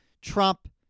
Trump